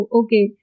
okay